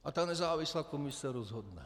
A ta nezávislá komise rozhodne.